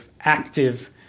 active